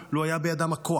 לו היה בידם הכוח.